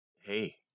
Hey